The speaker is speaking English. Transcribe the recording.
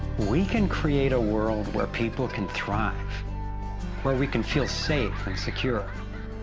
we can create a world where people can thrive where we can feel safe and secure.